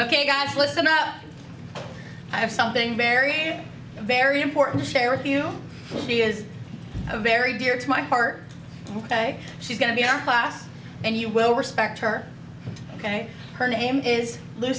ok guys listen up i have something very very important to share with you she is a very dear to my heart ok she's going to be our last and you will respect her ok her name is l